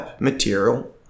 material